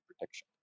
protection